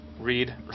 Read